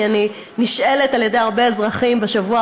כי אני נשאלת על ידי הרבה אזרחים בשבוע